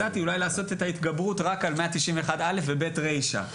הצעתי לעשות את ההתגברות רק על 191(א) ועל (ב) רישא.